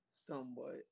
somewhat